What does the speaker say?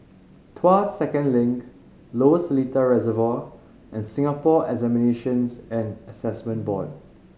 Tuas Second Link Lower Seletar Reservoir and Singapore Examinations and Assessment Board